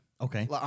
Okay